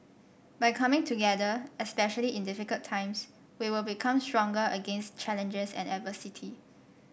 by coming together especially in difficult times we will become stronger against challenges and adversity